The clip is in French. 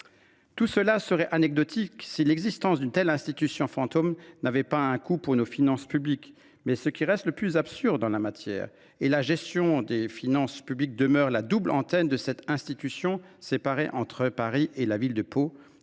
Tout cela serait anecdotique si l’existence d’une telle institution fantôme n’avait pas un coût pour nos finances publiques. Ce qui reste le plus absurde en matière de gestion des finances publiques demeure la double antenne de cette institution, séparée entre Paris et Pau,